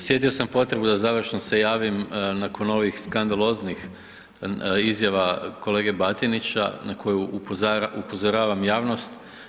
Osjetio sam potrebu da završno se javim nakon ovih skandaloznih izjava kolege Batinića na koju upozoravam javnost.